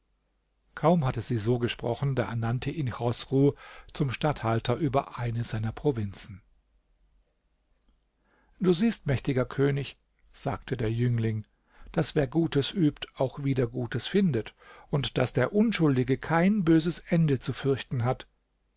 kaum hatte sie so gesprochen da ernannte ihn chosru zum statthalter über eine seiner provinzen du siehst mächtiger könig sagte der jüngling daß wer gutes übt auch wieder gutes findet und daß der unschuldige kein böses ende zu fürchten hat